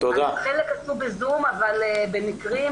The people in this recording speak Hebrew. חלק עשו בזום, אבל במקרים